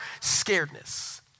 scaredness